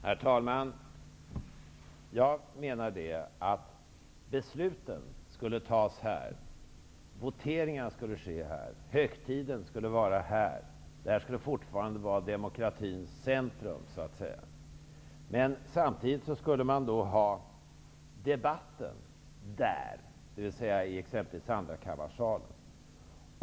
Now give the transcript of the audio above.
Herr talman! Jag menar att besluten skulle tas här, voteringarna skulle ske här, högtiderna skulle vara här. Detta skulle fortfarande vara demokratins centrum. Men debatten skulle man förslagsvis ha i andrakammarsalen.